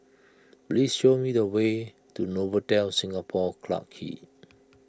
please show me the way to Novotel Singapore Clarke Quay